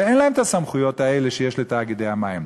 ואין להם את הסמכויות האלה שיש לתאגידי המים.